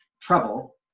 Trouble